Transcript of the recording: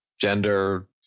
gender